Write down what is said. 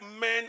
men